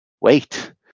wait